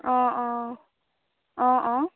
অঁ অঁ অঁ অঁ